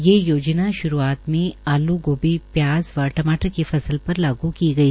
ये योजना श्रूआत मे आल् गोभी प्याज व टमाटर की फसल पर लागू की गई